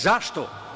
Zašto?